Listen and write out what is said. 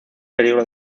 peligro